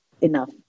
enough